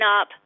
up